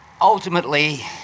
ultimately